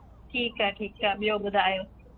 ठीकु आहे ठीकु आहे ॿियों ॿुधायो